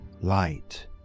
light